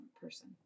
person